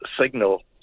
signal